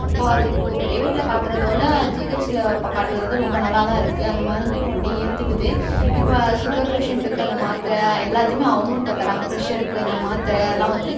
இப்போது அது இப்போ ப்ரைவேட்டில் காட்டுறதோட ஜிஹெச்சில் இப்போ காட்டுறது வந்து ரொம்ப நல்லா தான் இருக்குது அந்த மருந்தும் உடனே ஏற்றுக்குது இப்போ ஸுகர் பேஷண்ட்டுக்கு அந்த மாத்தரை எல்லாத்தையுமே அவங்களும் இப்போ தராங்க ப்ரெஷருக்கு அந்த மாத்தரை அதலாம் வந்து